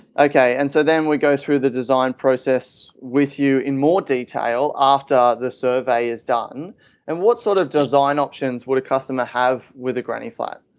okay and so then we go through the design process with you in more detail after the survey is done and what sort of design options would a customer have with a granny flat?